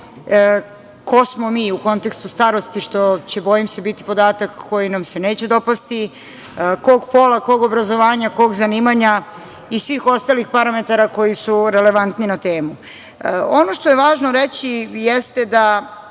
ko smo mi u kontekstu starosti, što će, bojim se, biti podatak koji nam se neće dopasti, kog pola, kog obrazovanja, kog zanimanja i svih ostalih parametara koji su relevantniji na temu. Ono što je važno reći jeste da